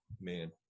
man